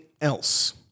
else